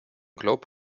globe